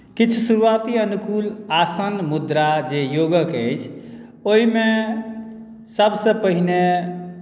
किछु शुरुआती अनुकूल आसन मुद्रा जे योगक अछि ओहिमे सभसँ पहिने